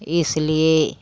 इसलिए